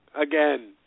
again